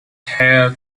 heir